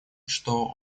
что